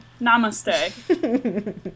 namaste